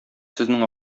сезнең